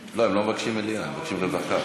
לא, הם לא מבקשים מליאה, הם מבקשים רווחה.